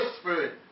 Spirit